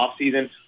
offseason